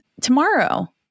Tomorrow